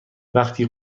وقتی